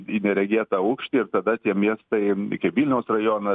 į neregėtą aukštį ir tada tie miestai iki vilniaus rajonas